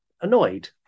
annoyed